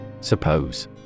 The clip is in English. Suppose